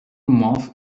muff